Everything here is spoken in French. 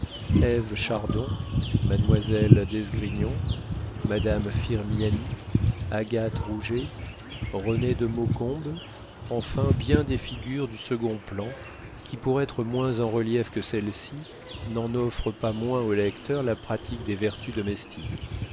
ève chardon mademoiselle d'esgrignon madame firmiani agathe rouget renée de maucombe enfin bien des figures du second plan qui pour être moins en relief que celles-ci n'en offrent pas moins au lecteur la pratique des vertus domestiques